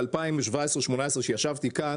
ב-2017 2018 כשישבתי כאן,